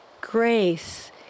grace